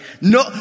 No